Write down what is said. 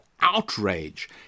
outrage